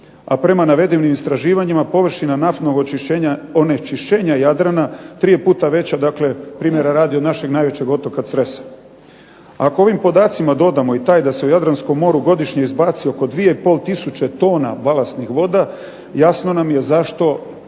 a prema navedenim istraživanjima površina naftnog onečišćenja Jadrana tri je puta veća dakle primjera radi od našeg najvećeg otoka Cresa. Ako ovim podacima dodamo i taj da se u Jadranskom moru godišnje izbaci oko dvije i pol tisuće tona